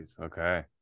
okay